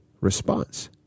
response